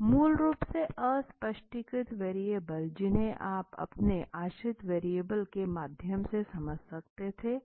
मूल रूप से अस्पष्टीकृत वेरिएबल जिन्हें आप अपने आश्रित वेरिएबल के माध्यम से समझा सकते थे